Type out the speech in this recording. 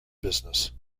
business